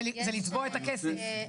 ולצבוע את הכסף.